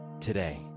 today